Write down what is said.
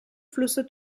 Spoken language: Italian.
flusso